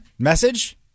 Message